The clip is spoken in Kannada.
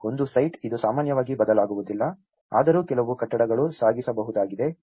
ಒಂದು ಸೈಟ್ ಇದು ಸಾಮಾನ್ಯವಾಗಿ ಬದಲಾಗುವುದಿಲ್ಲ ಆದರೂ ಕೆಲವು ಕಟ್ಟಡಗಳು ಸಾಗಿಸಬಹುದಾಗಿದೆ